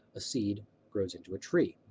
a seed grows into a tree.